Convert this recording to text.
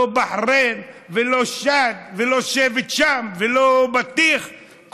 לא בחריין ולא שם ולא שבט שם ולא בטיח.